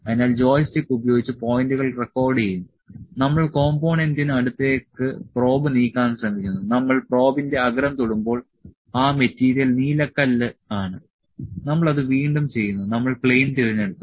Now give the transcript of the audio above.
അതിനാൽ ജോയിസ്റ്റിക്ക് ഉപയോഗിച്ച് പോയിന്റുകൾ റെക്കോർഡുചെയ്യും നമ്മൾ കോംപോണേന്റിന് അടുത്തേക്ക് പ്രോബ് നീക്കാൻ ശ്രമിക്കുന്നു നമ്മൾ പ്രോബിന്റെ അഗ്രം തൊടുമ്പോൾ ആ മെറ്റീരിയൽ നീലക്കല്ല് ആണ് നമ്മൾ അത് വീണ്ടും ചെയ്യുന്നു നമ്മൾ പ്ലെയിൻ തിരഞ്ഞെടുത്തു